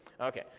Okay